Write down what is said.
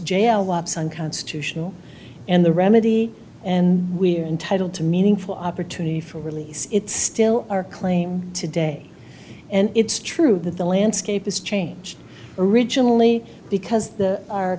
jail lapse unconstitutional and the remedy and we're entitled to meaningful opportunity for release it's still our claim today and it's true that the landscape has changed originally because the our